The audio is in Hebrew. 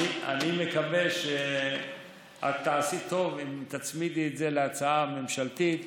את תעשי טוב אם תצמידי את זה להצעה הממשלתית,